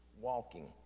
walking